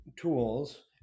tools